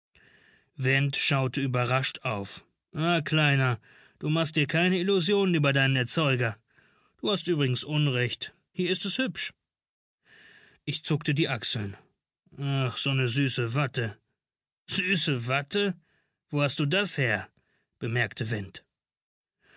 went schaute überrascht auf na kleiner du machst dir keine illusionen über deinen erzeuger du hast übrigens unrecht hier ist es hübsch ich zuckte die achseln ach so ne süße watte süße watte wo hast du das her bemerkte went